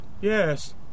Yes